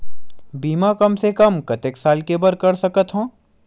बीमा कम से कम कतेक साल के बर कर सकत हव?